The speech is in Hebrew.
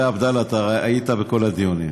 הרי עבדאללה, אתה היית בכל הדיונים.